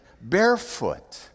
barefoot